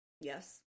Yes